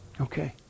Okay